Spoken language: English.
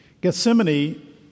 Gethsemane